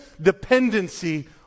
dependency